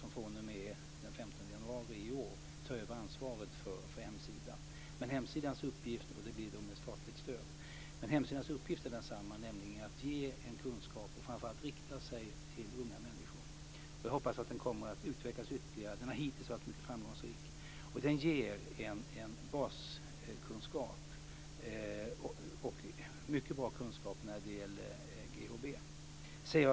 CAN tar från den 15 januari i år över ansvaret för hemsidan - med statligt stöd. Hemsidans uppgift är densamma, nämligen att ge en kunskap och framför allt rikta sig till unga människor. Jag hoppas att den kommer att utvecklas ytterligare. Den har hittills varit mycket framgångsrik. Den ger en baskunskap och mycket bra kunskap när det gäller GHB.